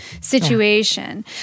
situation